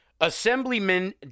Assemblyman